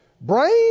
brain